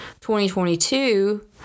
2022